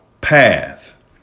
path